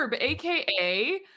aka